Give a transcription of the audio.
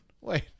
wait